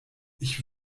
ich